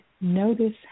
notice